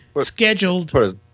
scheduled